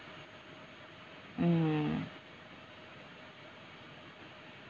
mm